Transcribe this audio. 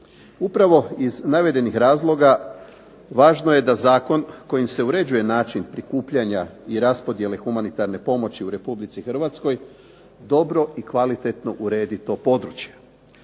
Upravo iz navedenih razloga važno je da zakon kojim se uređuje način prikupljanja i raspodjele humanitarne pomoći u Republici Hrvatskoj, dobro i kvalitetno uredi to područje.